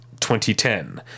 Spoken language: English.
2010